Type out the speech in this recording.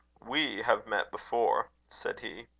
we have met before, said he.